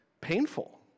painful